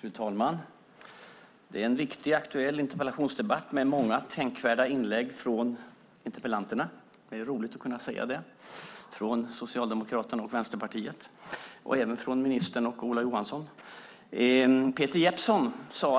Fru talman! Det här är en viktig och aktuell interpellationsdebatt med många tänkvärda inlägg från interpellanterna - det är roligt att kunna säga det - från Socialdemokraterna och Vänsterpartiet och även från ministern och Ola Johansson. Peter Jeppsson sade